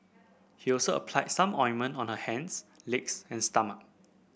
he also applied some ointment on her hands legs and stomach